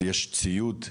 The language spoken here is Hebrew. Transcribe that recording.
יש ציוד,